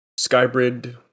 Skybrid